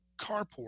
carport